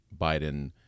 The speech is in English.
Biden